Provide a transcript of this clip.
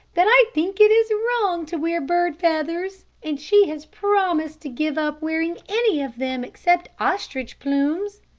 that i think it is wrong to wear bird feathers, and she has promised to give up wearing any of them except ostrich plumes.